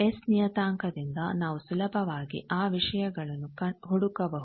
S ನಿಯತಾಂಕದಿಂದ ನಾವು ಸುಲಭವಾಗಿ ಆ ವಿಷಯಗಳನ್ನು ಹುಡುಕಬಹುದು